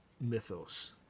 mythos